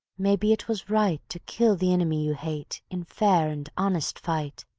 maybe it was right to kill the inimy you hate in fair and honest fight.